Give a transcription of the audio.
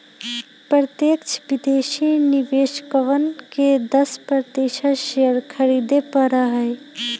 प्रत्यक्ष विदेशी निवेशकवन के दस प्रतिशत शेयर खरीदे पड़ा हई